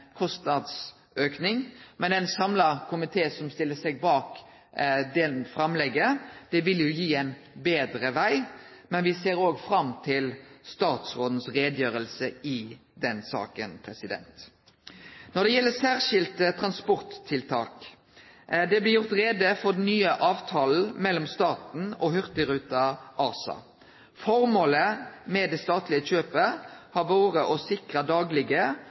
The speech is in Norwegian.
er ein samla komité som stiller seg bak det framlegget. Det vil gi ein betre veg, men me ser òg fram til statsråden si utgreiing i den saka. Når det gjeld Særskilde transporttiltak, blir det gjort greie for den nye avtalen mellom staten og Hurtigruten ASA. Formålet med det statlege kjøpet har vore å sikre daglege,